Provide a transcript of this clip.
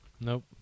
nope